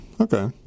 Okay